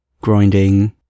grinding